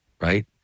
right